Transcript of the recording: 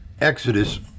Exodus